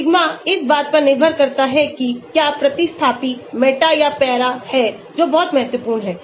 sigma इस बात पर निर्भर करता है कि क्या प्रतिस्थापी मेटा या पैरा है जो बहुत महत्वपूर्ण है